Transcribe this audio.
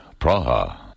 Praha